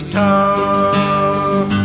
talk